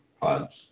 pods